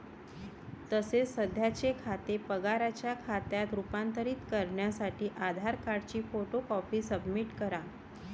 तसेच सध्याचे खाते पगाराच्या खात्यात रूपांतरित करण्यासाठी आधार कार्डची फोटो कॉपी सबमिट करा